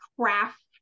craft